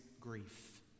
grief